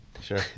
sure